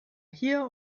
hier